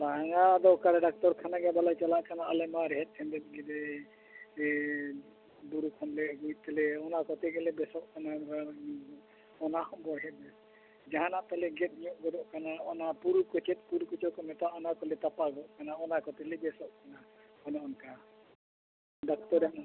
ᱵᱟᱝᱟ ᱟᱫᱚ ᱚᱠᱟᱨᱮ ᱰᱟᱠᱛᱚᱨ ᱠᱷᱟᱱᱟ ᱫᱚᱞᱮ ᱪᱟᱞᱟᱜ ᱠᱟᱱᱟ ᱟᱞᱮᱢᱟ ᱨᱮᱦᱮᱫ ᱥᱮᱦᱮᱫ ᱜᱮᱞᱮ ᱵᱩᱨᱩ ᱠᱷᱚᱱ ᱞᱮ ᱟᱹᱜᱩᱭᱮᱫ ᱛᱮᱞᱮ ᱚᱱᱟ ᱠᱚ ᱛᱮᱜᱮ ᱞᱮ ᱵᱮᱥᱚᱜ ᱠᱟᱱᱟ ᱨᱟᱱ ᱚᱱᱟ ᱦᱚᱸ ᱵᱳᱲᱦᱮᱜ ᱜᱮ ᱡᱟᱦᱟᱱᱟᱜ ᱛᱮᱞᱮ ᱜᱮᱫ ᱧᱚᱜᱚᱜ ᱠᱟᱱᱟ ᱚᱱᱟ ᱯᱩᱨ ᱠᱚᱪᱮᱫ ᱯᱩᱨ ᱠᱚᱪᱚ ᱠᱚ ᱢᱮᱛᱟᱜᱼᱟ ᱚᱱᱟ ᱠᱚ ᱛᱮᱞᱮ ᱛᱟᱯᱟᱜᱚᱜ ᱠᱟᱱᱟ ᱚᱱᱟ ᱠᱚ ᱛᱮᱞᱮ ᱵᱮᱥᱚᱜ ᱠᱟᱱᱟ ᱚᱱᱮ ᱚᱱᱠᱟ ᱰᱟᱠᱛᱚᱨ ᱨᱟᱱ ᱫᱚ